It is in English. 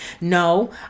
No